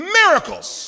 miracles